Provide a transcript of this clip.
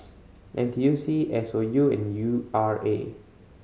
N T U C S O U and U R A